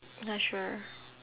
not sure